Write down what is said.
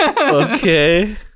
Okay